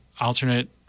alternate